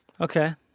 Okay